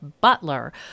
Butler